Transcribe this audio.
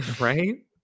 right